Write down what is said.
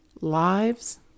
lives